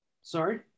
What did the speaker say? sorry